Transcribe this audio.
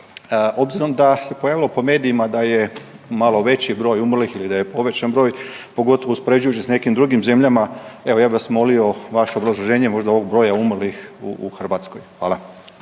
Obzirom da se pojavilo po medijima da je malo veći broj umrlih ili da je povećan broj pogotovo uspoređujući sa nekim drugim zemljama evo ja bih vas molio vaše obrazloženje možda ovog broja umrlih u Hrvatskoj. Hvala.